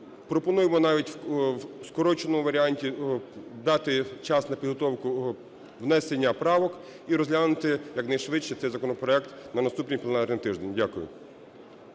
Пропоную його навіть в скороченому варіанті дати вчасно підготовку внесення правок і розглянути якнайшвидше цей законопроект на наступний пленарний тиждень. Дякую.